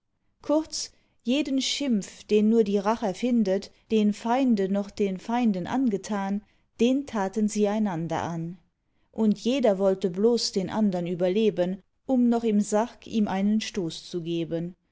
kurz jeden schimpf den nur die rach erfindet den feinde noch den feinden angetan den taten sie einander an und jeder wollte bloß den andern überleben um noch im sarg ihm einen stoß zu geben